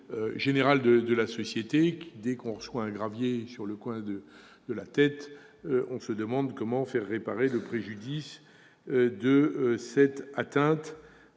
générale de la société. Dès que l'on reçoit un gravier sur le coin de la tête, on se demande comment faire réparer le préjudice de cette atteinte